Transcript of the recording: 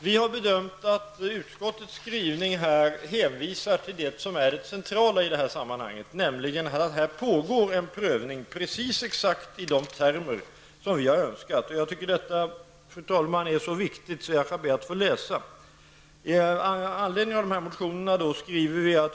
Vi har bedömt att utskottets skrivning hänvisar till det centrala i sammanhanget, nämligen att det pågår en prövning exakt i de termer som vi har önskat. Jag tycker, fru talman, att detta är så viktigt att jag vill läsa ur betänkandet.